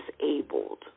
disabled